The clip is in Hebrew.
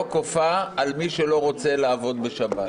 לא כופה על מי שלא רוצה לעבוד בשבת.